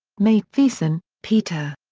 matthiessen, peter.